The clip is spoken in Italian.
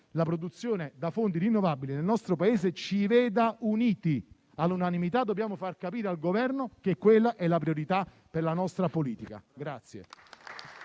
la produzione da fonti rinnovabili nel nostro Paese, ci vedano uniti. All'unanimità dobbiamo far capire al Governo che quella è la priorità per la nostra politica.